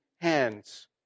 hands